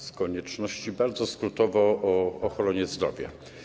Z konieczności bardzo skrótowo o ochronie zdrowia.